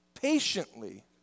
patiently